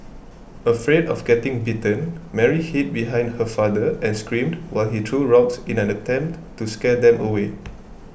afraid of getting bitten Mary hid behind her father and screamed while he threw rocks in an attempt to scare them away